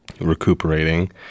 recuperating